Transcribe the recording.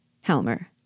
Helmer